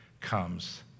comes